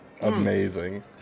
amazing